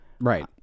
Right